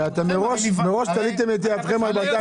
כי אתם מראש תליתם את ידכם על בתי המשפט.